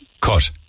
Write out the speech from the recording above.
Cut